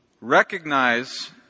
Recognize